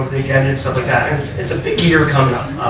and it so but is a big year coming up.